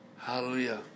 Hallelujah